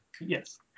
Yes